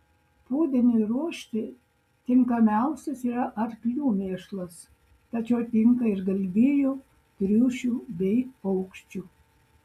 pūdiniui ruošti tinkamiausias yra arklių mėšlas tačiau tinka ir galvijų triušių bei paukščių